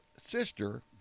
sister